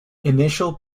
initial